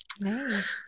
Nice